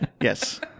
Yes